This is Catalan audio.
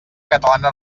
catalana